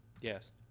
Yes